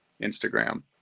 Instagram